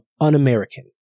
un-American